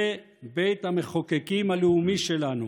זה בית המחוקקים הלאומי שלנו,